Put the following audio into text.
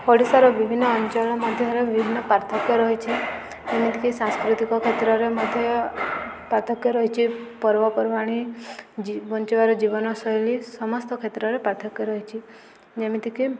ଓଡ଼ିଶାର ବିଭିନ୍ନ ଅଞ୍ଚଳ ମଧ୍ୟରେ ବିଭିନ୍ନ ପାର୍ଥକ୍ୟ ରହିଛି ଯେମିତିକି ସାଂସ୍କୃତିକ କ୍ଷେତ୍ରରେ ମଧ୍ୟ ପାର୍ଥକ୍ୟ ରହିଛି ପର୍ବପର୍ବାଣି ବଞ୍ଚିବାର ଜୀବନଶୈଳୀ ସମସ୍ତ କ୍ଷେତ୍ରରେ ପାର୍ଥକ୍ୟ ରହିଛି ଯେମିତିକି